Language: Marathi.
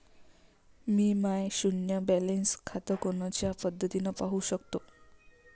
मी माय शुन्य बॅलन्स खातं कोनच्या पद्धतीनं पाहू शकतो?